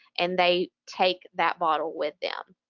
and they take that bottle with them.